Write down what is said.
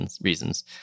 reasons